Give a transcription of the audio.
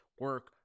Work